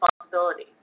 responsibility